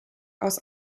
aus